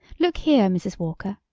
look here, mrs. walker,